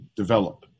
develop